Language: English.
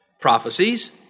prophecies